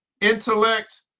intellect